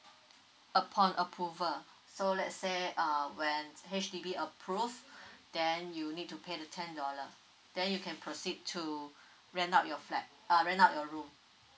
upon approval so let's say uh when H_D_B approve then you'll need to pay the ten dollar then you can proceed to rent out your flat uh rent out your room